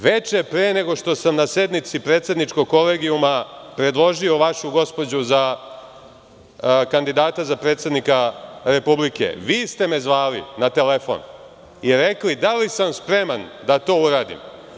Veče pre nego što sam na sednici predsedničkog kolegijuma predložio vašu gospođu za kandidata za predsednika Republike, vi ste me zvali na telefon i rekli da li sam spreman da to uradim.